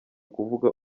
kuvuga